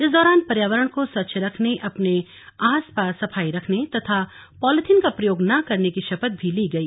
इस दौरान पर्यावरण को स्वच्छ रखने अपने आस पास सफाई रखने तथा पॉलिथीन का प्रयोग न करने की शपथ भी ली गई